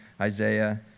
Isaiah